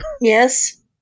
Yes